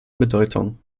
bedeutung